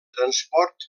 transport